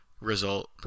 result